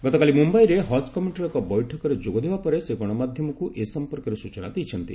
ଗତକାଲି ମୁମ୍ୟାଇରେ ହଜ୍ କମିଟିର ଏକ ବୈଠକରେ ଯୋଗ ଦେବା ପରେ ସେ ଗଣମାଧ୍ୟମକୁ ଏ ସମ୍ପର୍କରେ ସୂଚନା ଦେଇଛନ୍ତି